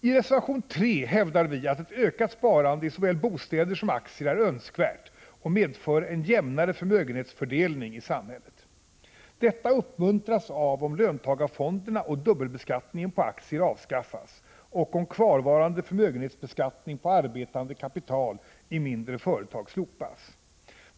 I reservation 3 hävdar vi att ett ökat sparande i såväl bostäder som aktier är önskvärt och medför en jämnare förmögenhetsfördelning i samhället. Detta uppmuntras, om löntagarfonderna och dubbelbeskattningen på aktier avskaffas och om kvarvarande förmögenhetsbeskattning på arbetande kapital i mindre företag slopas.